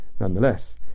nonetheless